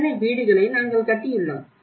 எத்தனை வீடுகளை நாங்கள் கட்டியுள்ளோம்